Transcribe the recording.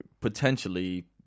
potentially